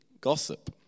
gossip